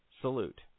Salute